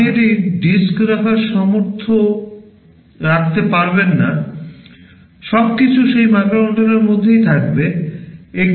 আপনি একটি ডিস্ক রাখার সামর্থ্য রাখতে পারবেন না সবকিছু সেই মাইক্রোকন্ট্রোলারের মধ্যেই থাকবে